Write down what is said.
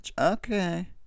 Okay